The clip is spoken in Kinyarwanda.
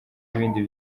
ibindi